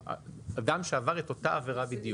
אדם שעבר את אותה עבירה בדיוק.